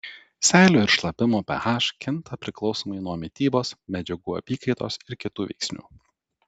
seilių ir šlapimo ph kinta priklausomai nuo mitybos medžiagų apykaitos ir kitų veiksnių